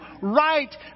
right